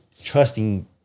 trusting